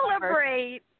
celebrate